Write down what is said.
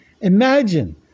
Imagine